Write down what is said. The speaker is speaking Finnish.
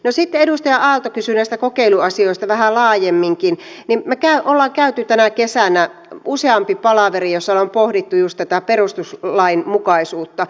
sitten edustaja aalto kysyi näistä kokeiluasioista vähän laajemminkin niin me olemme käyneet tänä kesänä useamman palaverin joissa on pohdittu juuri tätä perustuslainmukaisuutta